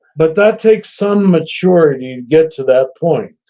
but that takes some maturity to get to that point.